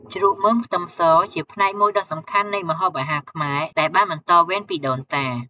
ជ្រក់មើមខ្ទឹមសជាផ្នែកមួយដ៏សំខាន់នៃម្ហូបអាហារខ្មែរ ដែលបានបន្តវេនពីដូនតា។